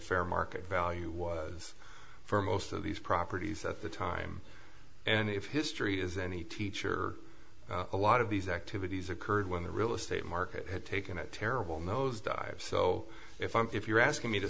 fair market value was for most of these properties at the time and if history is any teacher a lot of these activities occurred when the real estate market had taken a terrible nosedive so if if you're asking me to